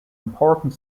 important